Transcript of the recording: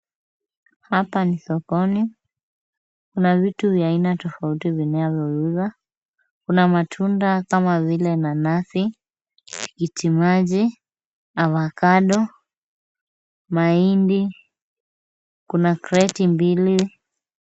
Hapa ni Sokoni. Kuna vitu vya aina tofauti vinavyouzwa. Kuna matunda kama vile nanasi, tikiti maji, avocado , mahindi. Kuna kreti mbili.